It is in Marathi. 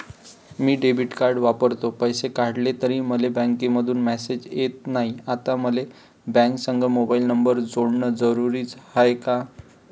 मी डेबिट कार्ड वापरतो, पैसे काढले तरी मले बँकेमंधून मेसेज येत नाय, आता मले बँकेसंग मोबाईल नंबर जोडन जरुरीच हाय का?